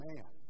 Man